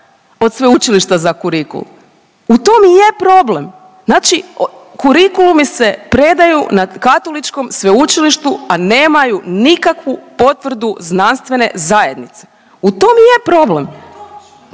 od sveučilišta za kurikul, u tome i je problem. Znači kurikulumi se predaju na Katoličkom sveučilištu, a nemaju nikakvu potvrdu znanstvene zajednice, u tom i je problem.